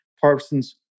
Parsons